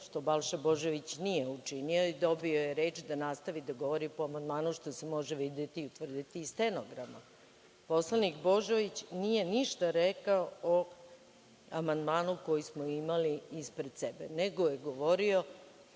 što Balša Božović nije učinio i dobio je reč da nastavi da govori po amandmanu, što se može videti i utvrditi iz stenograma. Poslanik Božović nije ništa rekao o amandmanu koji smo imali ispred sebe, nego je govorio